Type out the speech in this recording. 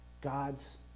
god's